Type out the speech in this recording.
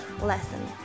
lesson